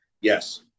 Yes